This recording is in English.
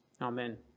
Amen